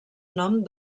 nom